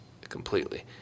completely